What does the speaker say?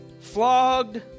Flogged